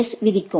S விதிக்கும்